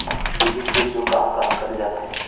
Debit के उपयोग कहां कहा करे जाथे?